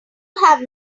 have